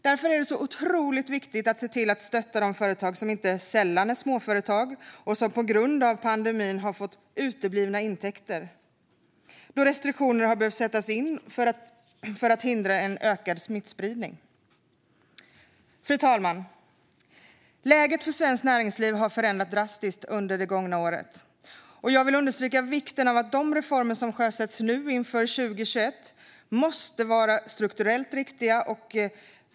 Därför är det otroligt viktigt att stötta de företag, som inte sällan är småföretag, som på grund av pandemin har haft uteblivna intäkter. Det i sin tur har varit på grund av restriktioner för att hindra en ökad smittspridning. Fru talman! Läget för det svenska näringslivet har förändrats drastiskt under det gångna året. Jag vill understryka vikten av att de reformer som sjösätts nu inför 2021 måste vara strukturellt riktiga.